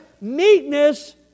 meekness